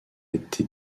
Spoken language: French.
été